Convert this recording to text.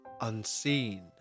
Unseen